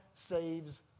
Saves